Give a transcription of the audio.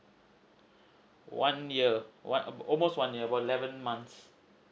one year one al~ almost one year for eleven months